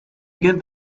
get